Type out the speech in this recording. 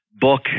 book